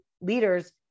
leaders